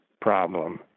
problem